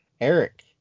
Eric